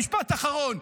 משפט אחרון.